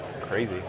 Crazy